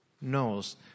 knows